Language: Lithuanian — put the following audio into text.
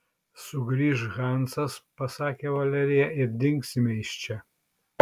sugrįš hansas pasakė valerija ir dingsime iš čia